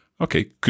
Okay